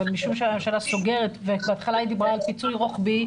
אבל משום שהממשלה סוגרת ובהתחלה היא דיברה על פיצוי רוחבי,